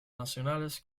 nacionales